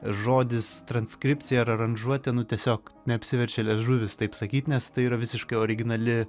žodis transkripcija ar aranžuotė nu tiesiog neapsiverčia liežuvis taip sakyt nes tai yra visiškai originali